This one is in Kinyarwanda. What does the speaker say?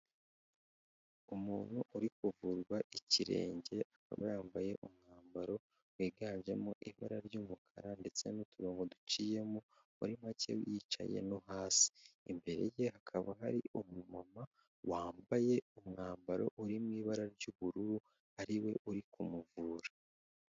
Umuntu uri kuvurwa ikirenge, akaba yambaye umwambaro wiganjemo ibara ry'umukara ndetse n'uturongo duciyemo, muri make yicaye no hasi, imbere ye hakaba hari umumama wambaye umwambaro uri mu ibara ry'ubururu, ari we uri kumuvura.